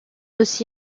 aussi